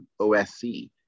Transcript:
OSC